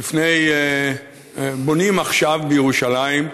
בונים עכשיו בירושלים,